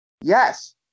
Yes